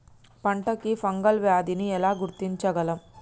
పంట కి ఫంగల్ వ్యాధి ని ఎలా గుర్తించగలం?